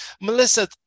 Melissa